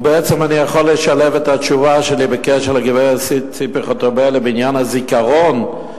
ובעצם אני יכול לשלב את התשובה שלי לגברת ציפי חוטובלי בעניין הזיכרון,